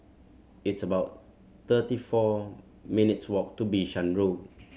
it's about thirty four minutes' walk to Bishan Road